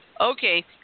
Okay